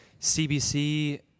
CBC